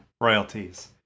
royalties